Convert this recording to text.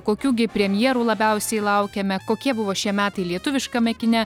kokių gi premjerų labiausiai laukiame kokie buvo šie metai lietuviškame kine